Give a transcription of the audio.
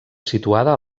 situada